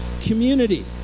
community